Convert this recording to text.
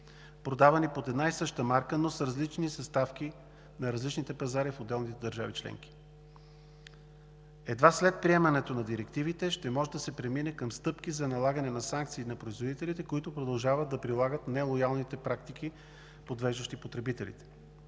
продавани под една и съща марка, но с различни съставки на различните пазари в отделните държави членки. Едва след приемането на директивите ще може да се премине към стъпки за налагане на санкции на производителите, които продължават да прилагат нелоялните практики – подвеждащи потребителите.